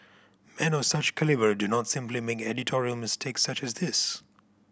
men of such calibre do not simply make editorial mistakes such as this